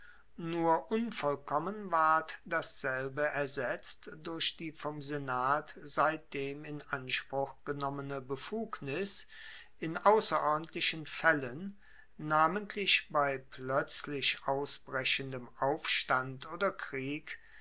nur unvollkommen ward dasselbe ersetzt durch die vom senat seitdem in anspruch genommene befugnis in ausserordentlichen faellen namentlich bei ploetzlich ausbrechendem aufstand oder krieg